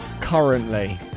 currently